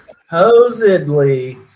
Supposedly